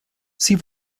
sie